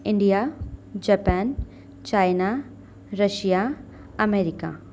India Japan China Russia America